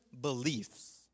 beliefs